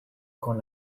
con